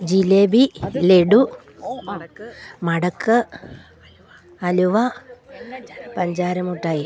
ജിലേബി ലഡു മടക്ക് അലുവ പഞ്ചാര മിഠായി